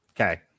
Okay